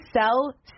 sell